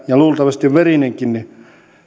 ja luultavasti verisenkin